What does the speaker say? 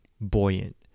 Buoyant